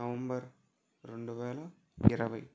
November రెండు వేల ఇరవై